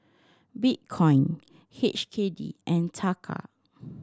Bitcoin H K D and Taka